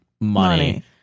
Money